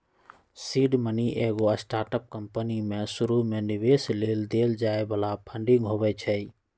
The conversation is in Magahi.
सीड मनी एगो स्टार्टअप कंपनी में शुरुमे निवेश लेल देल जाय बला फंडिंग होइ छइ